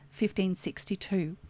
1562